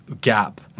gap